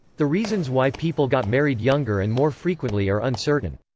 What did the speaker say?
the reasons why people got married younger and more frequently are uncertain.